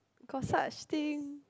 got such thing